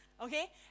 Okay